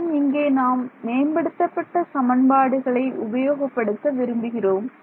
மேலும் இங்கே நாம் மேம்படுத்தப்பட்ட சமன்பாடுகளை உபயோகப்படுத்த விரும்புகிறோம்